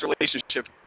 relationship